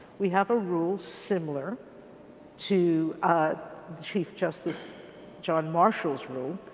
we have a rule similar to chief justice john marshall's rule.